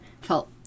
felt